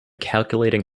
calculating